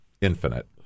infinite